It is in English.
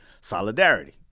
Solidarity